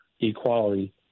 equality